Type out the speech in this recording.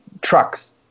trucks